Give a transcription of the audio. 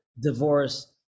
divorce